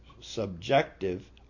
subjective